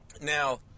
Now